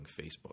Facebook